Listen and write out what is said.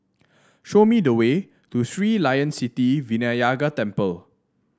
show me the way to Sri Layan Sithi Vinayagar Temple